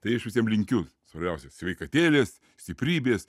tai aš visiem linkiu svarbiausia sveikatėlės stiprybės